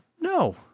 No